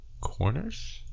Corners